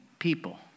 People